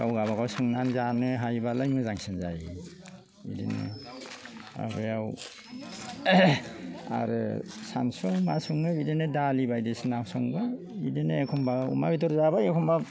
गाव गावबा संनानै जानो हायोबालाय मोजांसिन जायो बिदिनो माबायाव आरो सानसुआव मा संनो बिदिनो दालि बायदिसिना संबाय बिदिनो एखम्बा अमा बेदर जाबाय एखम्बा